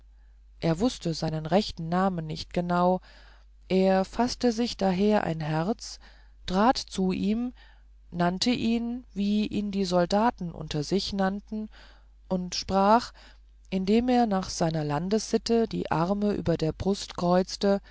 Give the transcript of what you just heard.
er wußte seinen rechten namen nicht genau er faßte sich daher ein herz trat zu ihm nannte ihn wie ihn die soldaten unter sich nannten und sprach indem er nach seiner landessitte die arme über der brust kreuzte